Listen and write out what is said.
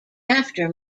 after